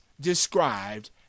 described